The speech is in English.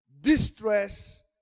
distress